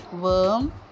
Worm